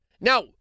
Now